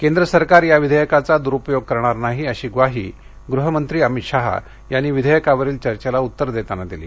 केंद्र सरकार या विधेयकाचा द्रुपयोग करणार नाही अशी ग्वाही गृह मंत्री अमित शहा यांनी या विधेयकावरील चर्चेला उत्तर देताना दिली